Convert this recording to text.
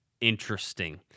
interesting